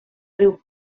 riu